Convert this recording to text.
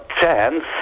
chance